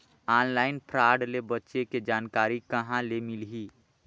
Online fraud ले बचे के जानकारी कहां ले मिलही?